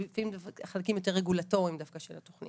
חלקים יותר רגולטורים דווקא של התוכנית.